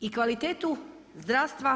I kvalitetu zdravstva